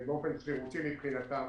באופן שרירותי מבחינתם.